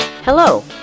Hello